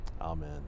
Amen